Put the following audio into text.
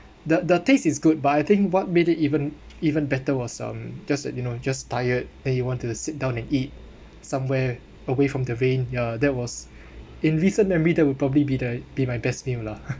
the the taste is good but I think what made it even even better was um just that you know you just tired that you wanted to sit down and eat somewhere away from the rain ya that was in recent memory that will probably be the be my best meal lah